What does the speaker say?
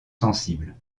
sensibles